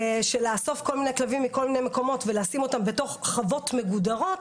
לאסוף כל מיני כלבים מכל מיני מקומות ולשים אותם בתוך חוות מגודרות,